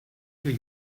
you